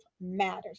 matters